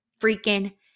freaking